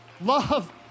Love